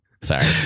Sorry